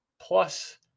plus